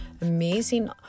amazing